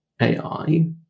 AI